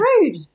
rude